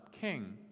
King